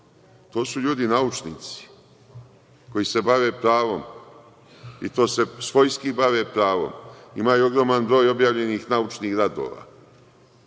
To su ljudi naučnici koji se bave pravom i to se svojski bave pravom, imaju ogroman broj objavljenih naučnih radova.